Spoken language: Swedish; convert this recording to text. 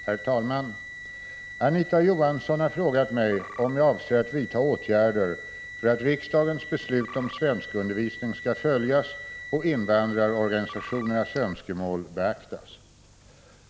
Herr talman! Anita Johansson har frågat mig om jag avser att vidta åtgärder för att riksdagens beslut om svenskundervisning skall följas och invandrarorganisationernas önskemål beaktas.